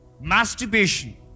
masturbation